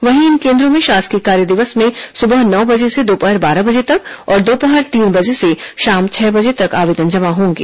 वहीं इन केन्द्रों में शासकीय कार्य दिवस में सुबह नौ बजे से दोपहर बारह बजे तक और दोपहर तीन बजे से शाम छह बजे तक आवेदन जमा होंगे